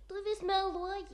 tu vis meluoji